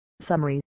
Summary